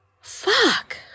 Fuck